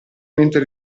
mentre